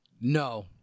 No